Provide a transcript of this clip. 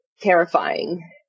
terrifying